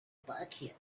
bucket